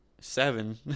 Seven